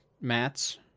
mats